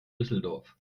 düsseldorf